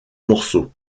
morceaux